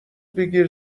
بگیر